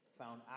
found